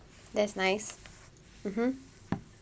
that's nice mmhmm